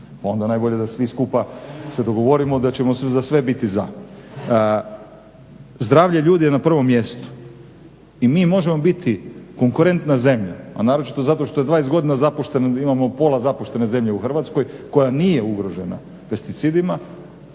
onda najbolje da svi skupa se dogovorimo da ćemo za sve biti za. Zdravlje ljudi je na prvom mjestu i mi možemo biti konkurentna zemlja a naročito zato što je 20 godina zapušteno, imamo pola zapuštene zemlje u Hrvatskoj koja nije ugrožena pesticidima,